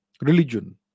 religion